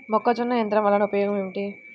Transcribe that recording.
మొక్కజొన్న యంత్రం వలన ఉపయోగము ఏంటి?